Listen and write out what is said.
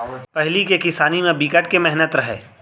पहिली के किसानी म बिकट के मेहनत रहय